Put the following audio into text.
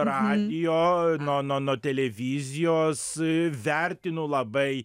radijo nuo nuo nuo televizijos vertinu labai